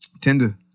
Tinder